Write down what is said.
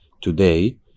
today